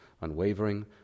unwavering